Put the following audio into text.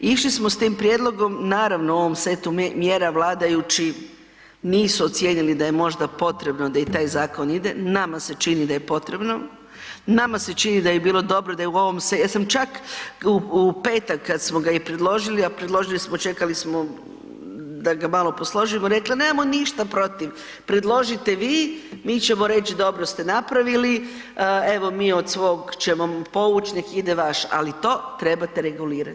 Išli smo s tim prijedlogom, naravno u ovom setu mjera vladajući nisu ocijenili da je možda potrebno da i taj zakon ide, nama se čini da je potrebno, nama se čini da bi bilo dobro da je u ovom setu, ja sam čak u petak kad smo ga i predložili, a predložili smo, čekali smo da ga malo posložimo, rekli nemamo ništa protiv, predložite vi, mi ćemo reć dobro ste napravili, evo mi od svog ćemo povuć nek ide vaš, ali to trebate regulirat.